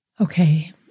Okay